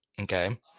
Okay